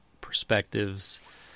perspectives